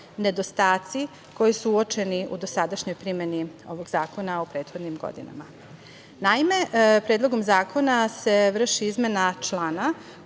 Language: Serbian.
nedostaci koji su uočeni u dosadašnjoj primeni ovog zakona u prethodnim godinama. Naime, Predlogom zakona se vrši izmena člana